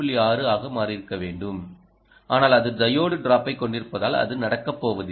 6 ஆக மாறியிருக்க வேண்டும் ஆனால் அது டையோடு டிராப்பைக் கொண்டிருப்பதால் அது நடக்கப்போவதில்லை